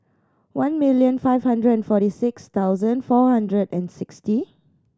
one million five hundred and forty six thousand four hundred and sixty